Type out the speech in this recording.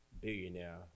billionaire